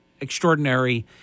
extraordinary